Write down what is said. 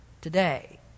today